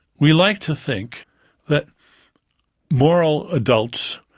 we like to think that moral adults.